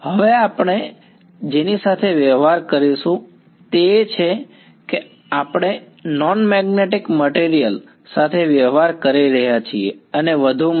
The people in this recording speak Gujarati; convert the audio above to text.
હવે આપણે જેની સાથે વ્યવહાર કરીશું તે એ છે કે આપણે નોન મેગ્નેટીક મટીરિયલ સાથે વ્યવહાર કરી રહ્યા છીએ અને વધુમાં